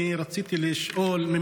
אני רציתי לשאול,